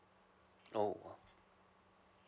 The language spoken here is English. oh